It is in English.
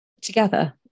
together